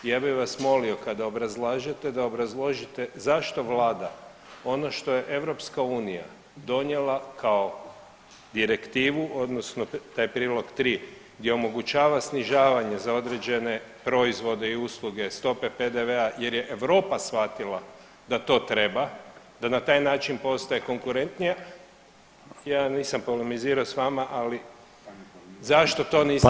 I ja bih vas molimo kada obrazlažete da obrazložite zašto vlada ono što je EU donijela kao direktivu odnosno taj Prilog 3. gdje omogućava snižavanje za određene proizvode i usluge stope PDV-a jer je Europa shvatila da to treba, da na taj način postaje konkurentnija, ja nisam polemizirao s vama, ali zašto to niste